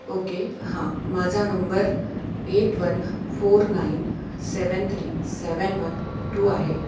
okay हां माझा number eight one four nine seven three seven one two आहे